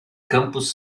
campos